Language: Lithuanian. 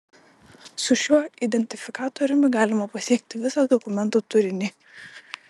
su šiuo identifikatoriumi galima pasiekti visą dokumento turinį